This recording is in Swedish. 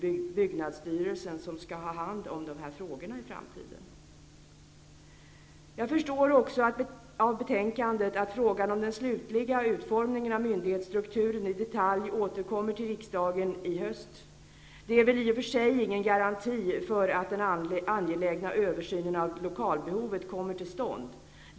Jag förstår också av betänkandet att frågan om den slutliga utformningen av myndighetsstrukturen i detalj återkommer till riksdagen i höst. Det är väl i och för sig ingen garanti för att den angelägna översynen av lokalbehovet kommer till stånd.